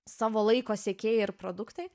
savo laiko sekėjai ir produktai